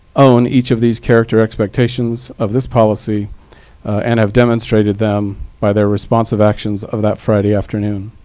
own each of these character expectations of this policy and have demonstrated them by their responsive actions of that friday afternoon.